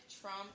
Trump